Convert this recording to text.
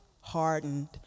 hardened